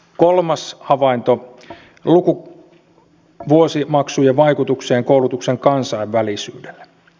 kolmas havainto lukuvuosimaksujen vaikutus koulutuksen kansainvälisyyteen